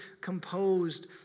composed